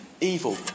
evil